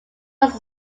was